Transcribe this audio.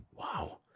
Wow